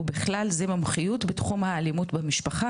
ובכלל זה מומחיות בתחום האלימות במשפחה,